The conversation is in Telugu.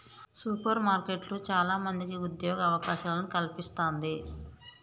సూపర్ మార్కెట్లు చాల మందికి ఉద్యోగ అవకాశాలను కల్పిస్తంది